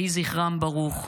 יהי זכרם ברוך.